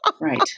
Right